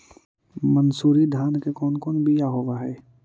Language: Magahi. मनसूरी धान के कौन कौन बियाह होव हैं?